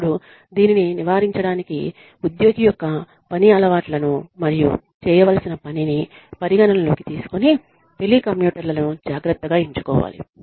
ఇప్పుడు దీనిని నివారించడానికి ఉద్యోగి యొక్క పని అలవాట్లను మరియు చేయవలసిన పనిని పరిగణనలోకి తీసుకొని టెలికమ్యూటర్లను జాగ్రత్తగా ఎంచుకోవాలి